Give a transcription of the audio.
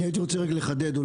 אני רוצה לחדד.